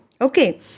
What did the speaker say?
Okay